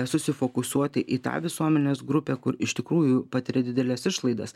susifokusuoti į tą visuomenės grupę kur iš tikrųjų patiria dideles išlaidas